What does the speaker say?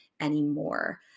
anymore